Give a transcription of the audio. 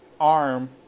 arm